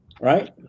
Right